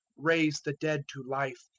raise the dead to life,